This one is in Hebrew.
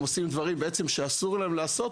הם בעצם עושים דברים שאסור להם לעשות